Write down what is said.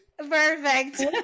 perfect